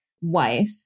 wife